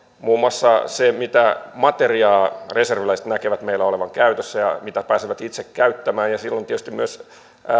muun muassa se mitä materiaa reserviläiset näkevät meillä olevan käytössä ja mitä pääsevät itse käyttämään silloin tietysti myös